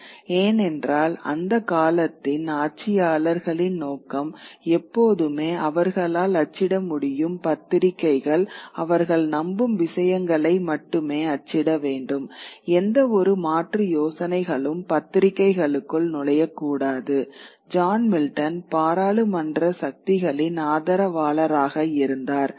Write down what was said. ஏனென்றால் அந்த காலத்தின் ஆட்சியாளர்களின் நோக்கம் எப்போதுமே அவர்களால் அச்சிட முடியும் பத்திரிகைகள் அவர்கள் நம்பும் விஷயங்களை மட்டுமே அச்சிட வேண்டும் எந்தவொரு மாற்று யோசனைகளும் பத்திரிகைகளுக்குள் நுழையக்கூடாது ஜான் மில்டன் பாராளுமன்ற சக்திகளின் ஆதரவாளராக இருந்தார்